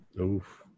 Oof